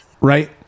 right